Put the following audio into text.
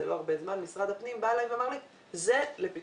זה לא הרבה זמן משרד הפנים אמר לי: זה לפתחך,